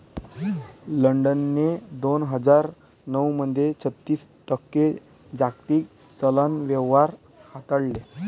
लंडनने दोन हजार नऊ मध्ये छत्तीस टक्के जागतिक चलन व्यवहार हाताळले